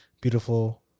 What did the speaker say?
beautiful